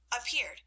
appeared